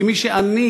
כי מי שעני,